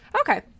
Okay